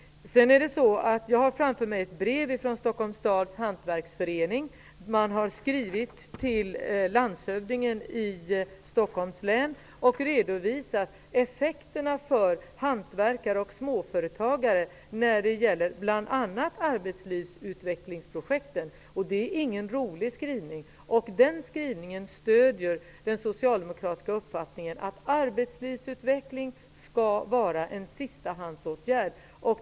Jag har framför mig ett brev från Stockholms stads hantverksförening. Föreningen har skrivit till landshövdingen i Stockholms län och redovisat effekterna av bl.a. ALU-projekten för hantverkare och småföretagare. Det är ingen rolig läsning. Den stöder den socialdemokratiska uppfattningen att arbetslivsutveckling skall vara en sistahandsåtgärd.